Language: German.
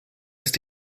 ist